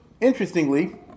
interestingly